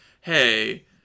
hey